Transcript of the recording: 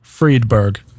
Friedberg